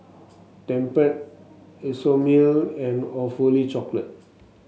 Tempt Isomil and Awfully Chocolate